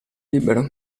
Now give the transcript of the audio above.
libero